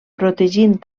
protegint